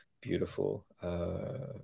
beautiful